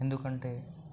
ఎందుకంటే